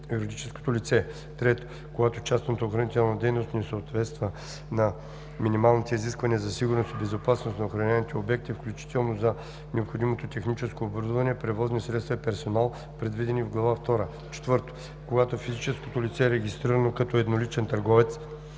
юридическото лице; 3. когато частната охранителна дейност не съответства на минималните изисквания за сигурност и безопасност на охраняваните обекти, включително за необходимото техническо оборудване, превозни средства и персонал, предвидени в Глава втора; 4. когато физическото лице, регистрирано като едноличен търговец,